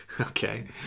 Okay